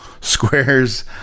squares